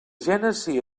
gènesi